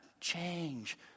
change